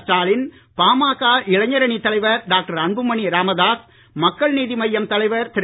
ஸ்டாலின் பாமக இளைஞரணி தலைவர் டாக்டர் அன்புமணி ராமதாஸ் மக்கள் நீதி மய்யம் தலைவர் திரு